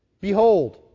Behold